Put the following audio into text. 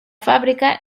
fábrica